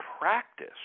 practice